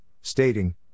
stating